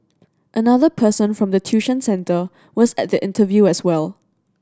another person form the tuition centre was at the interview as well